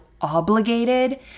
obligated